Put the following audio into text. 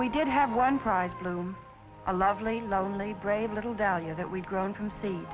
we did have one prized bloom a lovely lovely brave little value that we've grown from see